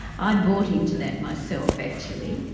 i bought into that myself actually,